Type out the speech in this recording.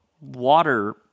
water